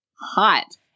hot